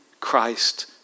Christ